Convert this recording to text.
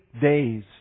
days